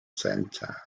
centre